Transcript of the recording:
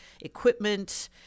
equipment